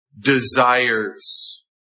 desires